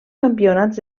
campionats